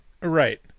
Right